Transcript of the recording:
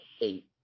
eight